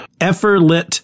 effortless